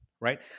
right